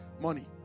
money